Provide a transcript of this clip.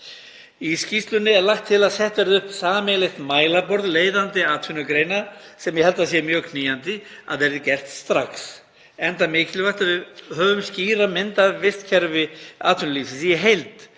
Í skýrslunni er lagt til að sett verði upp sameiginlegt mælaborð leiðandi atvinnugreina sem ég held að sé mjög knýjandi að verði gert strax enda mikilvægt að við höfum skýra mynd af vistkerfi atvinnulífsins í heild